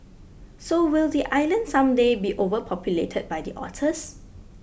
so will the island someday be overpopulated by the otters